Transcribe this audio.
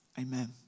amen